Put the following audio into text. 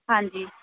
ਹਾਂਜੀ